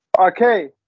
Okay